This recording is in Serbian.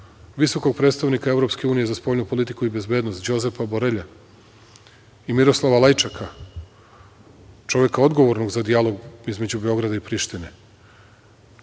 visokog predstavnika EU za spoljnu politiku i bezbednost Đozepa Borelja i Miroslava Lajčeka, čoveka odgovornog za dijalog između Beograda i Prištine,